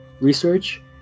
research